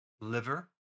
liver